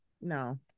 No